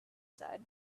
said